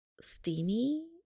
steamy